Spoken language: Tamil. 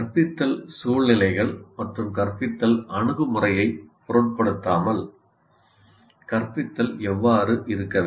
கற்பித்தல் சூழ்நிலைகள் மற்றும் கற்பித்தல் அணுகுமுறையைப் பொருட்படுத்தாமல் கற்பித்தல் எவ்வாறு இருக்க வேண்டும்